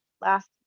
last